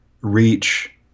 reach